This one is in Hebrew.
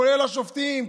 כולל השופטים,